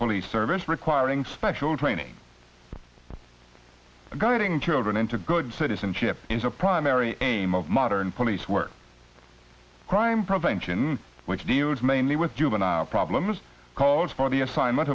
police service requiring special training guiding children into good citizenship is a primary aim of modern police work crime prevention which deals mainly with juvenile problems calls for the assignment